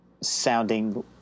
sounding